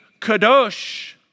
kadosh